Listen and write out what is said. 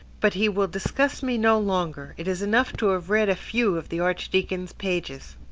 but he will disgust me no longer it is enough to have read a few of the archdeacon's pages.